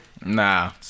Nah